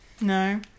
No